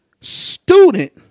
student